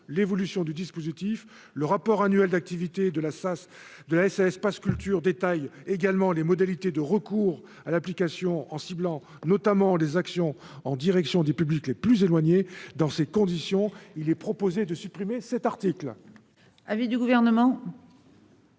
l'évolution du dispositif, le rapport annuel d'activité de la SAS de la SAS Pass culture détaille également les modalités de recours à l'application, en ciblant notamment les actions en direction des publics les plus éloignés, dans ces conditions, il est proposé de supprimer cet article.